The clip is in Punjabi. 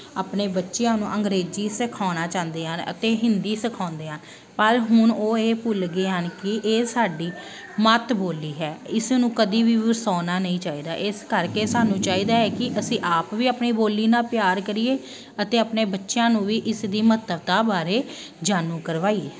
ਆਪਣੇ ਬੱਚਿਆਂ ਨੂੰ ਅੰਗਰੇਜ਼ੀ ਸਿਖਾਉਣਾ ਚਾਹੁੰਦੇ ਹਨ ਅਤੇ ਹਿੰਦੀ ਸਿਖਾਉਂਦੇ ਆ ਪਰ ਹੁਣ ਉਹ ਇਹ ਭੁੱਲ ਗਏ ਹਨ ਕਿ ਇਹ ਸਾਡੀ ਮਾਤ ਬੋਲੀ ਹੈ ਇਸ ਨੂੰ ਕਦੀ ਵੀ ਵਿਸਾਰਨਾ ਨਹੀਂ ਚਾਹੀਦਾ ਇਸ ਕਰਕੇ ਸਾਨੂੰ ਚਾਹੀਦਾ ਹੈ ਕਿ ਅਸੀਂ ਆਪ ਵੀ ਆਪਣੀ ਬੋਲੀ ਨਾਲ ਪਿਆਰ ਕਰੀਏ ਅਤੇ ਆਪਣੇ ਬੱਚਿਆਂ ਨੂੰ ਵੀ ਇਸ ਦੀ ਮਹੱਤਵਤਾ ਬਾਰੇ ਜਾਣੂ ਕਰਵਾਈਏ